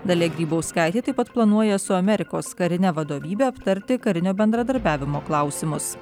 dalia grybauskaitė taip pat planuoja su amerikos karine vadovybe aptarti karinio bendradarbiavimo klausimus